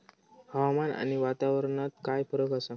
हवामान आणि वातावरणात काय फरक असा?